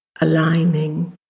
aligning